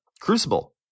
Crucible